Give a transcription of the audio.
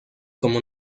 como